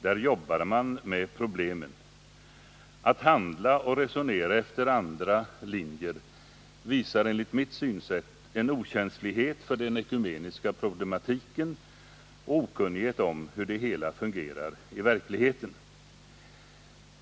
Där jobbar man med problemen. Att handla och resonera efter Onsdagen den andra linjer visar enligt mitt synsätt en okänslighet för den ekumeniska 21 maj 1980 problematiken och okunnighet om hur det hela fungerar i verkligheten.